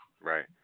Right